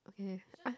okay I